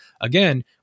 Again